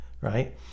right